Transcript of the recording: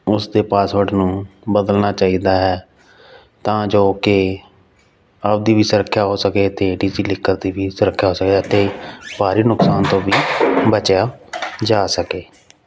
ਉਸ ਦੇ ਪਾਸਵਰਡ ਨੂੰ ਬਦਲਣਾ ਚਾਹੀਦਾ ਹੈ ਤਾਂ ਜੋ ਕਿ ਆਪਦੀ ਵੀ ਸੁਰੱਖਿਆ ਹੋ ਸਕੇ ਅਤੇ ਡੀਜੀਲਿਕਰ ਦੀ ਵੀ ਸੁਰੱਖਿਆ ਹੋ ਸਕੇ ਅਤੇ ਭਾਰੀ ਨੁਕਸਾਨ ਤੋਂ ਵੀ ਬਚਿਆ ਜਾ ਸਕੇ